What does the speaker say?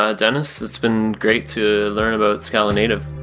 ah denys. it's been great to learn about scala-native.